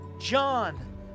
John